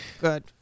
Good